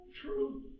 True